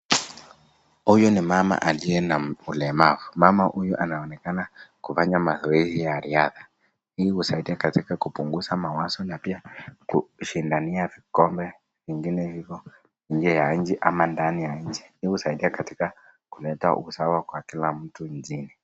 Huyu ni mama aliyena ulemavu. Mama huyu anaonekana kufanya mazoezi ya riadha. Hii husaidia katika kupunguza mawazo na pia kushindania vikombe vingine hivyo nje ya nchi ama ndani ya nchi. Hii husaidia katika kuleta usawa kwa kila mtu nchini.